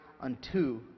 unto